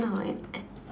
no it uh